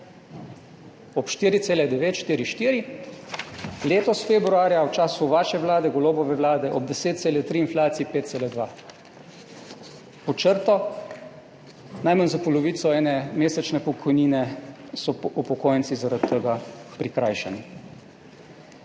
4,4, letos februarja v času vaše vlade, Golobove vlade, ob 10,3 pa 5,2. Pod črto, najmanj za polovico ene mesečne pokojnine so upokojenci zaradi tega prikrajšani.